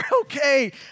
okay